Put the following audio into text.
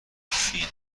فین